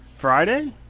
Friday